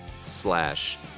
slash